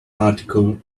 article